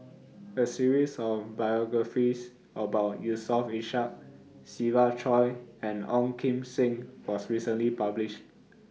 A series of biographies about Yusof Ishak Siva Choy and Ong Kim Seng was recently published